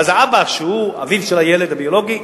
ואז האבא, שהוא אביו של הילד, הביולוגי,